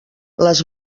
les